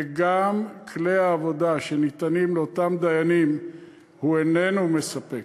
וגם כלי העבודה שניתנים לאותם דיינים אינם מספקים.